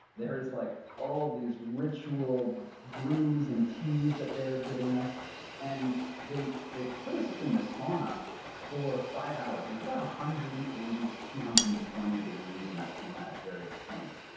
there is like all of these ritual brews and teas that they're giving us and they they put us us in the sauna for five hours. it's about one hundred and eighty two two hundred and twenty degrees in that sauna at various points.